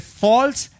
false